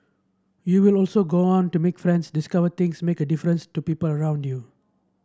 you will also go on to make friends discover things make a difference to people around you